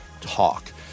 talk